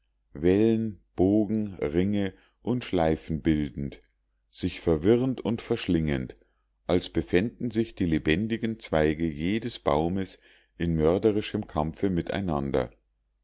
bogen ringe und schleifen bildend sich verwirrend und verschlingend als befänden sich die lebendigen zweige jedes baumes in mörderischem kampfe miteinander